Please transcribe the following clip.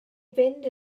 fynd